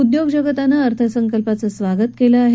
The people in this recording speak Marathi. उद्योगजगतानं अर्थसंकल्पाचं स्वागत केलं आहे